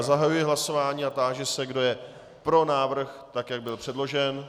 Zahajuji hlasování a táži se, kdo je pro návrh, tak jak byl předložen.